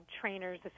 Trainers